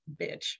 bitch